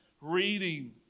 reading